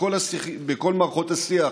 בכל מערכות השיח,